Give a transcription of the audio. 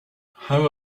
how